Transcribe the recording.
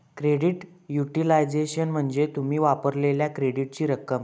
credit utilisation म्हणजे तुम्ही वापरलेल्यो क्रेडिटची रक्कम